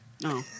No